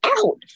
out